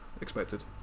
expected